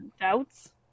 doubts